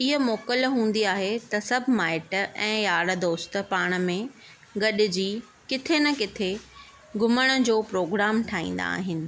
इहा मोकल हूंदी आहे त सभु माइटु ऐं यार दोस्त पाण में गॾिजी किथे न किथे घुमण जो प्रोग्राम ठाहींदा आहिनि